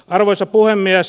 arvoisa puhemies